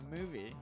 movie